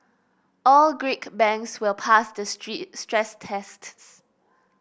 all Greek banks will pass the stress tests